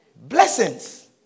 blessings